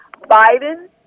Biden